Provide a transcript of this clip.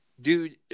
dude